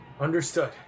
Understood